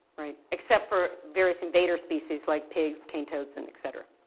right, except for various invader species like pigs, cane toads, and etc.